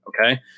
okay